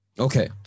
Okay